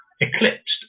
eclipsed